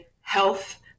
health